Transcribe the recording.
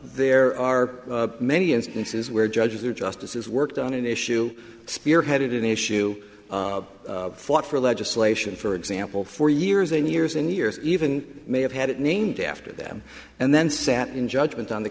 there are many instances where judges are justices worked on an issue spearheaded an issue fought for legislation for example for years and years and years even may have had it named after them and then sat in judgment on the